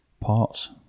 parts